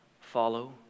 follow